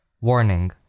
Warning